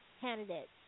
candidates